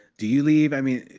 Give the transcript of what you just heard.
do you leave? i mean,